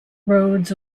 rhodes